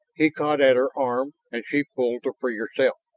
he caught at her arm and she pulled to free herself.